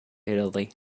italy